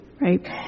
right